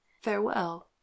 farewell